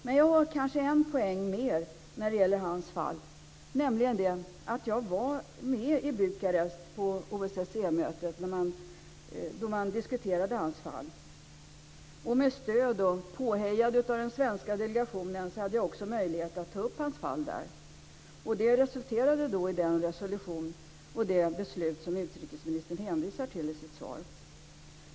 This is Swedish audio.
Men jag har kanske en poäng mer när det gäller hans fall, nämligen den att jag var med i Bukarest på OSSE-mötet då man diskuterade hans fall. Och med stöd och påhejad av den svenska delegationen hade jag också möjlighet att ta upp hans fall där. Det resulterade i den resolution och det beslut som utrikesministern hänvisar till i sitt svar.